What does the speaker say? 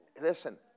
listen